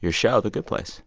your show, the good place?